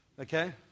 Okay